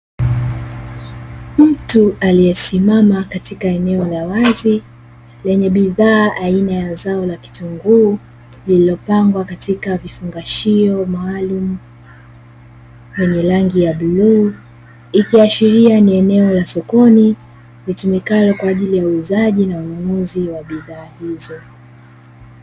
Mtu aliye simama katika eneo la wazi lenye bidhaa aina ya zao la kitunguu, lililopangwa katika kifungashio maalumu yenye rangi ya bluu ikiashiria ni eneo la sokoni litumikalo kwa ajili ya uuzaji na ununuzi wa bidhaa hizo.